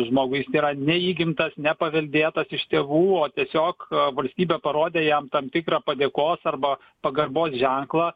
žmogui jis yra neįgimtas nepaveldėtas iš tėvų o tiesiog valstybė parodė jam tam tikrą padėkos arba pagarbos ženklą